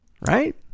Right